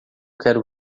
quero